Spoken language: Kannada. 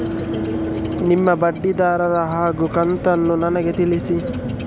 ನಿಮ್ಮ ಬಡ್ಡಿದರ ಹಾಗೂ ಕಂತನ್ನು ನನಗೆ ತಿಳಿಸಿ?